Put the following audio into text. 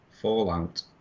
fallout